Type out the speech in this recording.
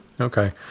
okay